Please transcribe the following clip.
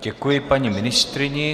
Děkuji paní ministryni.